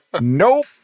Nope